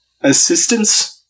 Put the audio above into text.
assistance